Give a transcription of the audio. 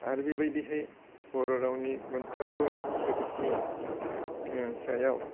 आरो बेबायदिहै बर' रावनि मोनफ्रोमबो सोदोबनि सायाव